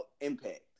impact